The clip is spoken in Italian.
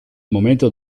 momento